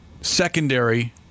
secondary